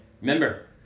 Remember